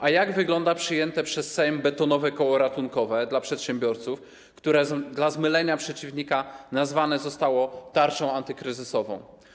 A jak wygląda przyjęte przez Sejm betonowe koło ratunkowe dla przedsiębiorców, które dla zmylenia przeciwnika zostało nazwane tarczą antykryzysową?